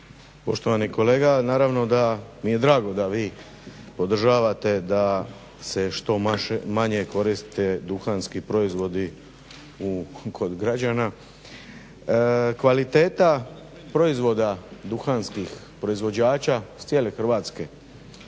Poštovani kolega, naravno da mi je drago da vi podržavate da se što manje koriste duhanski proizvodi kod građana. Kvaliteta proizvoda duhanskih proizvođača iz cijele Hrvatske